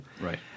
right